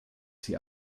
sie